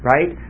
Right